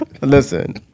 Listen